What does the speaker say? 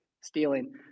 stealing